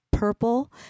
purple